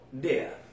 death